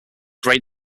great